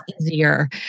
easier